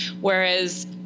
whereas